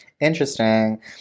interesting